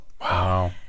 Wow